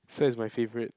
so is my favorite